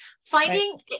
Finding